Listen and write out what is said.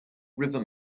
river